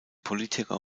politiker